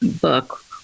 book